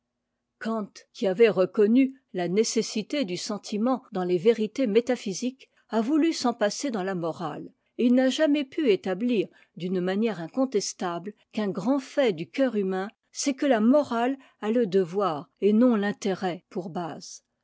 qui avait reconnu la nécessité du sentiment dans les vérités métaphysiques a voulu s'en passer dans la morale et il n'a jamais pu établir d'une manière incontestable qu'un grand fait du cœur humain c'est que la morale a le devoir et non l'intérêt pour base